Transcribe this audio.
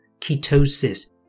ketosis